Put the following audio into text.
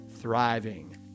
thriving